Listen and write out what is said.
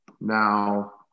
now